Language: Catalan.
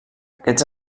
aquests